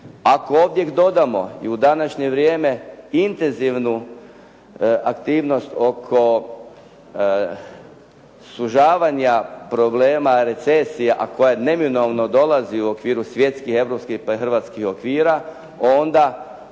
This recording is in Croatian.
Ako ovdje dodamo i u današnje vrijeme intenzivnu aktivnost oko sužavanja problema recesija, a koja neminovno dolazi u okviru svjetskih, europskih pa i hrvatskih okvira, onda